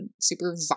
super